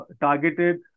targeted